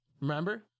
remember